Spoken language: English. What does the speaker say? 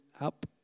up